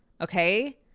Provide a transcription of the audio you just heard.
okay